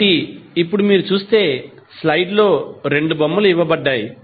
కాబట్టి ఇప్పుడు మీరు చూస్తే స్లైడ్లో రెండు బొమ్మలు ఇవ్వబడ్డాయి